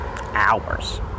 Hours